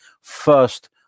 first